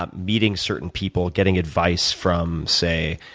ah meeting certain people, getting advice from, say,